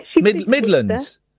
Midlands